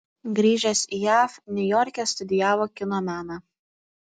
grįžęs į jav niujorke studijavo kino meną